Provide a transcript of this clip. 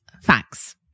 facts